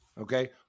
Okay